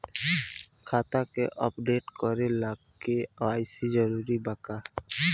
खाता के अपडेट करे ला के.वाइ.सी जरूरी बा का?